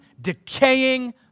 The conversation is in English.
decaying